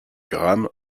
grammes